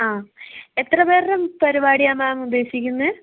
ആ എത്ര പേരുടെ പരിപാടിയാണ് മാം ഉദ്ദേശിക്കുന്നത്